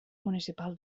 municipal